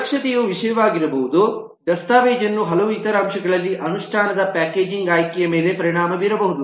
ಸುರಕ್ಷತೆಯು ವಿಷಯವಾಗಿರಬಹುದು ದಸ್ತಾವೇಜನ್ನು ಹಲವಾರು ಇತರ ಅಂಶಗಳಲ್ಲಿ ಅನುಷ್ಠಾನದ ಪ್ಯಾಕೇಜಿಂಗ್ ಆಯ್ಕೆಯ ಮೇಲೆ ಪರಿಣಾಮ ಬೀರಬಹುದು